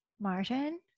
Martin